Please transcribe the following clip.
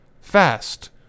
Fast